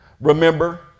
remember